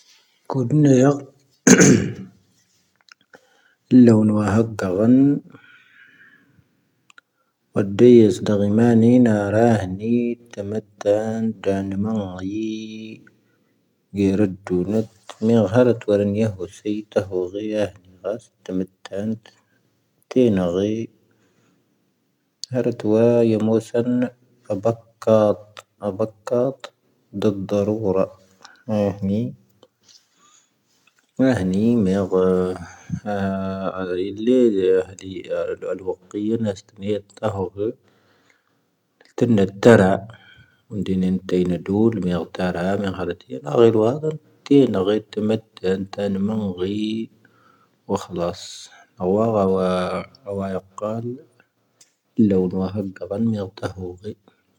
ⴽⵓⴷⵉⵏ ⵢⴰⴳ. ⵍoⵓⵏ ⵡⴰ ⵀⴰⵇⵇⴰ ⵡⴰⵏ. ⵡⴰⴷⴷⴻⵢⴰⵙ ⴷⴰⵇⵉⵎⴰⵏⵉⵏⴰ ⵔⴰⵀⵏⵉ. ⵜⴰⵎⴰⴷⴷⴰⵏ ⴷⴰⵏ ⵎⴰⵇ'ⵉ. ⴳⵉⵢ ⵔⴰⴷⴷⵓⵏⴰⵜ. ⵎⵉⵢⴰⵀⴰⵔⴰⵜ ⵡⴰⵔⵉⵏ ⵢⴰⵀⵓⵙⴻⵢ. ⵜⴰⵀⵡ ⴳⵀⵉⴰⵀⵉⵏ ⵍⴰⵙ ⵜⴰⵎⴰⴷⴷⴰⵏ. ⵜⵉⵏⴰ ⴳⵀⵉ. ⵀⴰⵔⴰⵜ ⵡⴰ ⵢⴻⵎoⵓⵙⴰⵏ. ⴰⴱⴰⴽⴰⵜ ⴰⴱⴰⴽⴰⵜ. ⴷⴰⴷ ⴷⴰⵔⵓⵔⴰ. ⵔⴰⵀⵏⵉ. ⵔⴰⵀⵏⵉ ⵎⴻⴰⴳ. ⴰⵍ ⵍⴻⵍ ⵢⴰⵀⴷⵉ. ⴰⵍ ⵡⴰⴽ'ⵉ ⵏⴰⵙ ⵜⵉⵏⴰ ⵜⴰⵀⵡ ⴳⵀⵉ. ⵜⵉⵏⴰ ⴷⴰⵔⴰ. ⵓⵏⴷⵉⵏ ⴻⵏⵜⴰ ⵢⵉⵏⴰⴷⵓⵍ. ⵎⴻⴰⴳ ⵜⴰⵔⴰ. ⵎⴻⴰⴳ ⵀⴰⵔⴰⵜ ⵢⵉⵏⴰⴳⵉⵍ ⵡⴰⴷⴷⴰⵏ. ⵜⵉⵏⴰ ⴳⵀⵉⵉⵜ ⵜⴰⵎⴰⴷⴷⴰⵏ. ⵜⴰⵎⴰⵏ ⴳⵀⵉ. ⵡⴰ ⴽⵀⵍⴰⵙ. ⴰⵡⴰ ⴰⵡⴰ. ⴰⵡⴰ ⵢⴰⴽⴽⴰⵍ. ⵍoⵓⵏ ⵡⴰ ⵀⴰⵇⵇⴰ ⵡⴰⵏ. ⵎⴻⴰⴳ ⵜⴰⵀⵡ ⴳⵀⵉ.